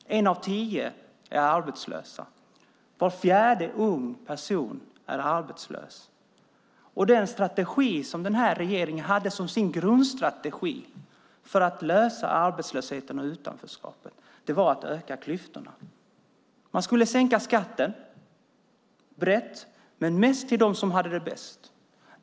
En av tio är arbetslös. Var fjärde ung person är arbetslös. Och den strategi som den här regeringen hade som sin grundstrategi för att lösa problemet med arbetslösheten och utanförskapet var att öka klyftorna. Man skulle sänka skatten brett men mest för dem som hade det bäst.